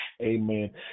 amen